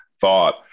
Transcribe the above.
thought